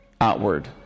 outward